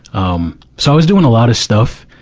um so i was doing a lot of stuff.